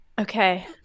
Okay